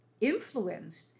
influenced